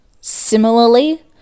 similarly